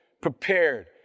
prepared